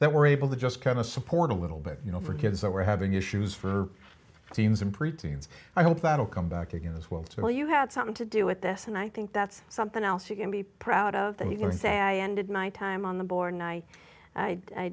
that were able to just kind of support a little bit you know for kids that were having issues for teens and preteens i hope that'll come back again as well so you had something to do with this and i think that's something else you can be proud of that he learns that i ended my time on the board i i i